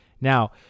Now